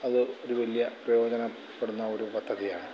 അത് ഒരു വലിയ പ്രയോജനപ്പെടുന്ന ഒരു പദ്ധതിയാണ്